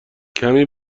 کمی